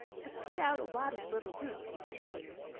i've put out a lot of little roots these two years,